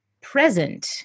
present